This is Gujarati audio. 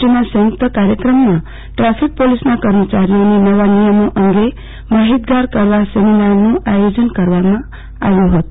ટીના સંયુક્ત કાર્યક્રમમાં ટ્રાફિક પોલીસના કર્મચારીઓને નવા નિયમો અંગે માહિતગાર કરવા સેમિનારનું આયોજ કરવામાં આવ્યુ હતું